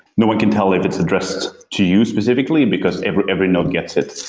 no one can tell if it's addressed to you specifically, because every every node gets it.